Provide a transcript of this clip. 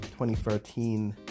2013